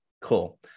Cool